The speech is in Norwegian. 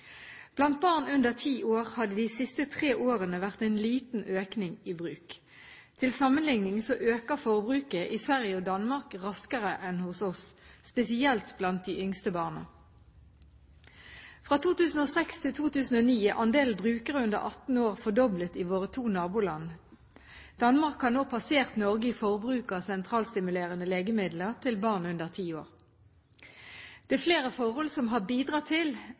Blant barn under ti år har det de siste tre årene vært en liten økning i bruk. Til sammenligning øker forbruket i Sverige og Danmark raskere enn hos oss, spesielt blant de yngste barna. Fra 2006 til 2009 er andelen brukere under 18 år fordoblet i våre to naboland. Danmark har nå passert Norge i forbruk av sentralstimulerende legemidler til barn under ti år. Det er flere forhold som har bidratt til